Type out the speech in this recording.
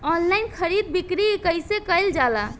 Online खरीद बिक्री कइसे कइल जाला?